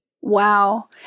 wow